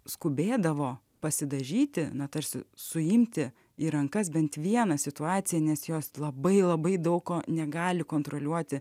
skubėdavo pasidažyti na tarsi suimti į rankas bent vieną situaciją nes jos labai labai daug ko negali kontroliuoti